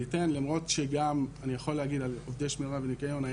למרות שגם אני יכול להגיד על עובדי שמירה וניקיון,